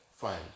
fine